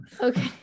Okay